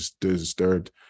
disturbed